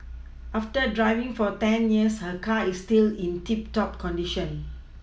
after driving for ten years her car is still in tip top condition